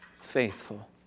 faithful